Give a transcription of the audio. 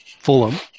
Fulham